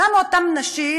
למה אותן נשים,